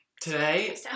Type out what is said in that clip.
Today